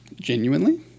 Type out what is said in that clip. genuinely